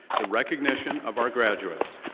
the recognition of our graduates.